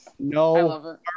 No